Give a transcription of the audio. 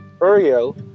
Uriel